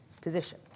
position